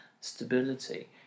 stability